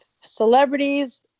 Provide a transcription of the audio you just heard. celebrities